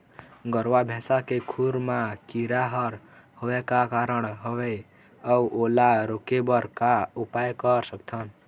गरवा भैंसा के खुर मा कीरा हर होय का कारण हवए अऊ ओला रोके बर का उपाय कर सकथन?